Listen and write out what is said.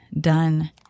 done